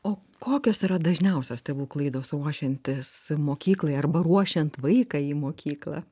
o kokios yra dažniausios tėvų klaidos ruošiantis mokyklai arba ruošiant vaiką į mokyklą